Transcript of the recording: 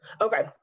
Okay